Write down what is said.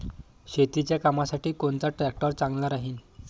शेतीच्या कामासाठी कोनचा ट्रॅक्टर चांगला राहीन?